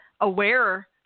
aware